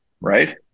Right